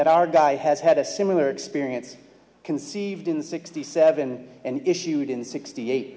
that our guy has had a similar experience conceived in sixty seven and issued in sixty eight